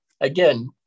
Again